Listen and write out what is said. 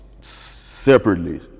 separately